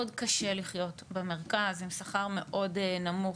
מאוד קשה לחיות במרכז, עם שכר מאוד נמוך.